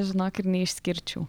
žinok ir neišskirčiau